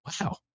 wow